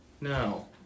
No